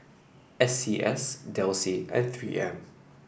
S C S Delsey and Three M